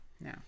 No